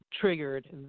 triggered